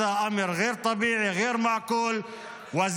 זה עניין לא טבעי, לא הגיוני.